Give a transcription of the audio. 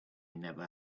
never